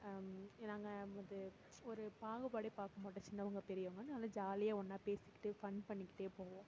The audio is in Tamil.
நாங்கள் வந்து ஒரு பாகுபாடே பார்க்க மாட்டோம் சின்னவங்க பெரியவங்கன்னு நல்ல ஜாலியாக ஒன்றா பேசிக்கிட்டே ஃபன் பண்ணிக்கிட்டே போவோம்